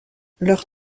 leur